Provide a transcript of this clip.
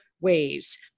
ways